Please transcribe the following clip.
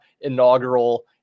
inaugural